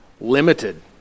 Limited